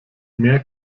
mehr